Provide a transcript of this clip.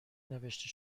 نوشته